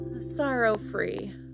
sorrow-free